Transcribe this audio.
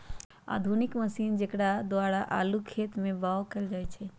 आधुनिक मशीन जेकरा द्वारा आलू खेत में बाओ कएल जाए छै